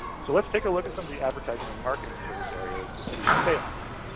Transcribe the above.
so let's take a look at some of the advertising and marketing service areas to see what they offer.